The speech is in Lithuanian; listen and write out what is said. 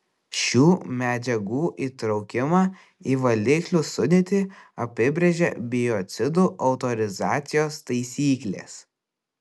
šių medžiagų įtraukimą į valiklių sudėtį apibrėžia biocidų autorizacijos taisyklės